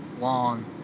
long